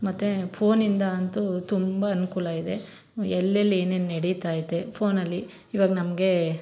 ಮತ್ತು ಫೋನಿಂದ ಅಂತೂ ತುಂಬ ಅನುಕೂಲ ಇದೆ ಎಲ್ಲೆಲ್ಲಿ ಏನೇನು ನಡಿತೈತೆ ಫೋನಲ್ಲಿ ಇವಾಗ ನಮಗೆ